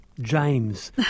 James